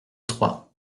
trois